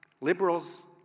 liberals